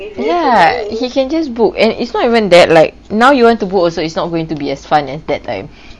ya he can just book and it's not even that like now you want to book also it's not going to be as fun as that time